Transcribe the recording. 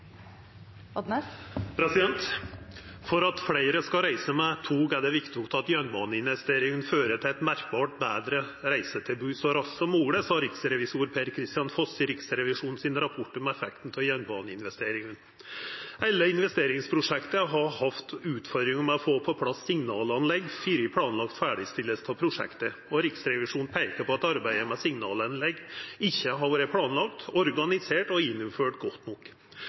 det viktig at jernbaneinvesteringane fører til eit merkbart betre reisetilbod «så raskt som mulig», sa riksrevisor Per-Kristian Foss i Riksrevisjonens rapport om effekten av jernbaneinvesteringane. Alle investeringsprosjekta har hatt «utfordringer med å få på plass signalanlegg før planlagt ferdigstillelse av prosjektene». Riksrevisjonen peika på at arbeidet med signalanlegg ikkje har vore planlagt, organisert og gjennomført godt nok.